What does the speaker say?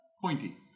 pointy